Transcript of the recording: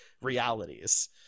realities